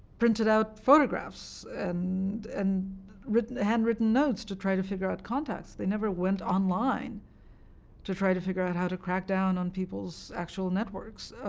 printed out photographs and and handwritten notes to try to figure out context. they never went online to try to figure out how to crack down on people's actual networks.